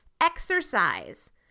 Exercise